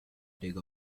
dig